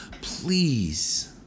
please